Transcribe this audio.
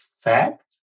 fact